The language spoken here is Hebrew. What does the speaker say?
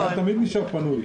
אם מבוגר נמצא יחד איתו,